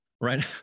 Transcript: right